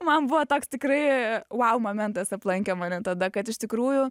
man buvo toks tikrai vau momentas aplankė mane tada kad iš tikrųjų